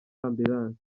ambulance